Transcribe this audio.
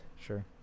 Sure